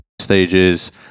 stages